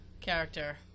Character